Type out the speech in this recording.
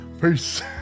peace